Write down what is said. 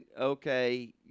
Okay